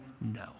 no